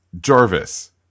Jarvis